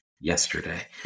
yesterday